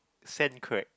sand crack